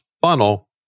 funnel